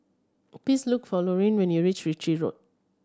please look for Lorine when you reach Ritchie Road